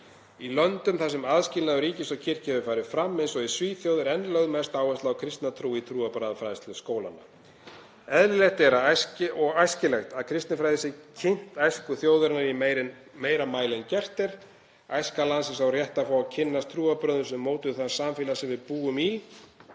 Í löndum þar sem aðskilnaður ríkis og kirkju hefur farið fram, eins og í Svíþjóð, er enn lögð mest áhersla á kristna trú í trúarbragðafræðslu grunnskólanna. Eðlilegt er og æskilegt að kristinfræði sé kynnt æsku þjóðarinnar í meira mæli en gert er. Æska landsins á rétt á að fá að kynnast trúarbrögðunum sem mótuðu það samfélag sem við búum í.